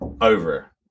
over